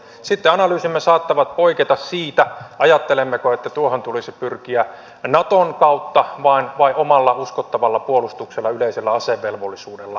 sitten analyysimme saattavat poiketa siinä ajattelemmeko että tuohon tulisi pyrkiä naton kautta vai omalla uskottavalla puolustuksella ja yleisellä asevelvollisuudella